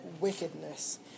wickedness